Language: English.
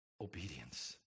Obedience